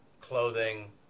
clothing